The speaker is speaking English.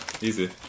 Easy